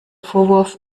vorwurf